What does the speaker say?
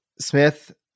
Smith